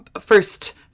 first